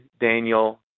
Daniel